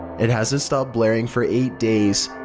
it hasn't stopped blaring for eight days.